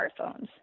smartphones